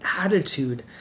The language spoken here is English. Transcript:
attitude